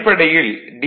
அடிப்படையில் டி